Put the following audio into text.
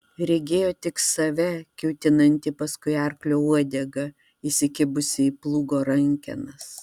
regėjo tik save kiūtinantį paskui arklio uodegą įsikibusį į plūgo rankenas